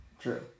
True